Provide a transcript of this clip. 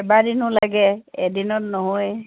কেবাদিনো লাগে এদিনত নহয়েই